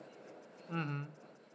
mmhmm